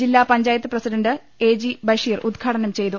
ജില്ലാപഞ്ചാ യത്ത് president A G Basheer ഉദ്ഘാടനം ചെയ്തു